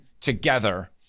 together